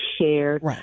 shared